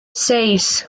seis